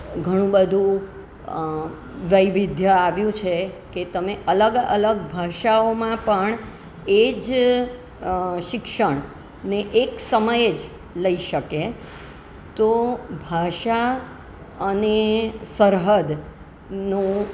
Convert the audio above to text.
ઘણું બધું વૈવિધ્ય આવ્યું છે કે તમે અલગ અલગ ભાષાઓમાં પણ એ જ શિક્ષણને એક સમયે જ લઈ શકે તો ભાષા અને સરહદનો